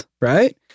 right